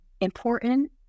important